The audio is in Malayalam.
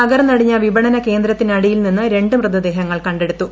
തകർന്നടിഞ്ഞ വിപണന കേന്ദ്രത്തിനടിയിൽ നിന്ന് രണ്ട് മൃതദേഹങ്ങൾ കണ്ടെടുത്തു